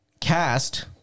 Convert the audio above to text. cast